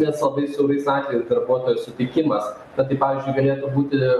ir laba svarbiais atvejais darbuotojo sutikimas na tai pavyzdžiui galėtų būti